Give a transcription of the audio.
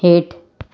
हेठि